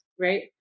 right